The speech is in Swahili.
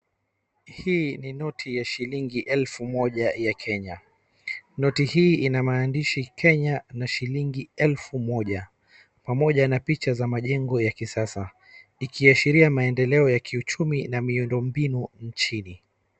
Hii ni noti ya shulingi elfu moja ya Kenya. Noti hii inamaandishi Kenya na shilingi elfu moja pamoja na picha za majengo ya kisasa. Ikiashiria maendeleo ya kiuchumi na miundo mbinu nchini.